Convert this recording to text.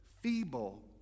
feeble